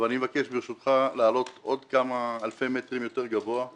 אבל אני מבקש ברשותך לעלות עוד כמה אלפי מטרים יותר גבוה,